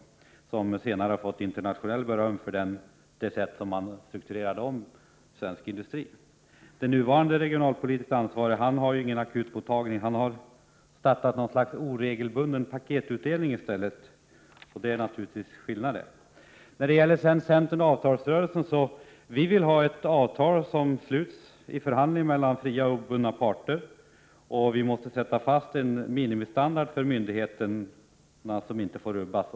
Senare har Åsling fått internationellt beröm för det sätt på vilket han strukturerade om svensk industri. Den nu ansvarige för regionalpolitiken har ingen akutmottagning utan har i stället startat något slags oregelbunden paketutdelning. Det är naturligtvis en skillnad. När det gäller frågan om centern och avtalsrörelsen är det så att vi vill ha ett avtal som träffas efter förhandlingar mellan fria och obundna parter. Vi måste fastställa en minimistandard för myndigheterna som inte får rubbas.